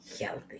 healthy